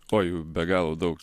ko jų be galo daug